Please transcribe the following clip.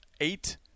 eight